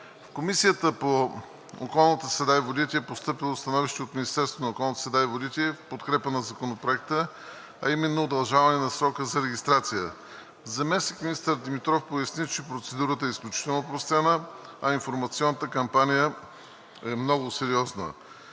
В Комисията по околната среда и водите е постъпило становище от Министерство на околната среда и водите в подкрепа на Законопроекта, а именно удължаване на срока за регистрация. Заместник-министър Димитров поясни, че процедурата е изключително опростена, а информационната кампания е много сериозна.